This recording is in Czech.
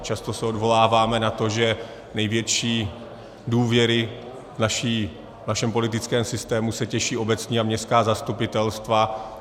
Často se odvoláváme na to, že největší důvěře v našem politickém systému se těší obecní a městská zastupitelstva.